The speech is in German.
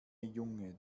junge